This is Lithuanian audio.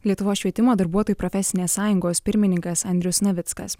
lietuvos švietimo darbuotojų profesinės sąjungos pirmininkas andrius navickas